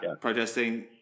protesting